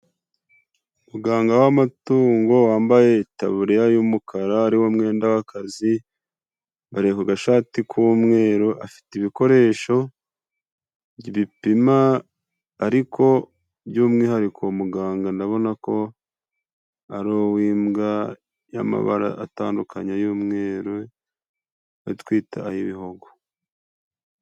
Muganga w'amatungo wambaye Itaburiya y'umukara ariwo mwenda w'akazi .Bari ku gashati k'umweru afite ibikoresho bipima, ariko by'umwihariko muganga ndabona ko ari uw'imbwa y'amabara atandukanye y'umweru yo twita ay' ibihogo.